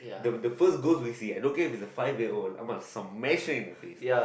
the the first ghost that we see I don't care if it's a five year old I must smash it in the face